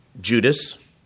Judas